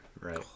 right